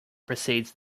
precedes